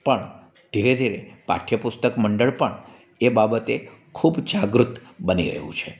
પણ ધીરે ધીરે પાઠ્યપુસ્તક મંડળ પણ એ બાબતે ખૂબ જાગૃત બની રહ્યું છે